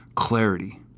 clarity